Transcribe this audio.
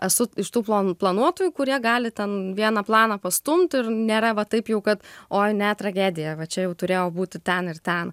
esu iš tų plan planų planuotojų kurie gali ten vieną planą pastumt ir nėra va taip jau kad ne tragedija va čia jau turėjo būti ten ir ten